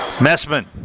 Messman